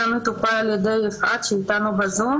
היה מטופל על ידי יפעת שהיא איתנו בזום